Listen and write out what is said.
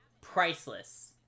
priceless